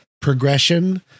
progression